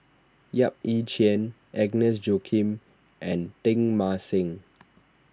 Yap Ee Chian Agnes Joaquim and Teng Mah Seng